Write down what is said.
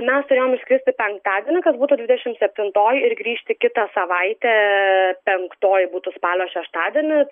mes turėjom išskristi penktadienį kas būtų dvidešim septintoji ir grįžti kitą savaitę penktoj būtų spalio šeštadienį